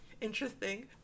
interesting